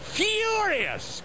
furious